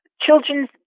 children's